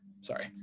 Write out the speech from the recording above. Sorry